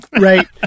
Right